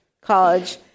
college